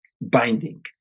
binding